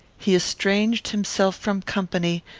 he estranged himself from company,